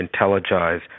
Intelligize